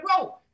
grow